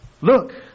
Look